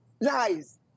lies